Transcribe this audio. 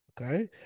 okay